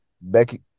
Becky